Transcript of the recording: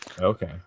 okay